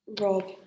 Rob